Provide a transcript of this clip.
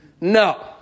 No